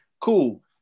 Cool